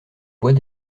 bois